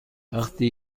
وقتی